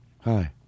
Hi